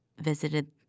visited